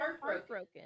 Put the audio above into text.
heartbroken